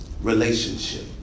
relationship